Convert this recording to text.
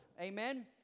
Amen